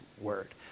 word